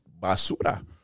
basura